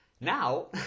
Now